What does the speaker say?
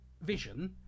vision